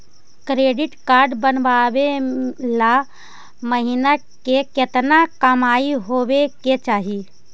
Credit card बनबाबे ल महीना के केतना कमाइ होबे के चाही?